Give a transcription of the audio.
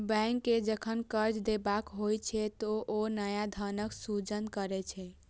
bank कें जखन कर्ज देबाक होइ छै, ते ओ नया धनक सृजन करै छै